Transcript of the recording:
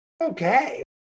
okay